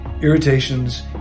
irritations